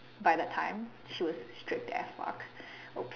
by that time she was strict as fuck !oops!